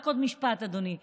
רק עוד משפט, אדוני היושב-ראש.